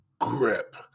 grip